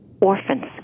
orphans